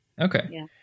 Okay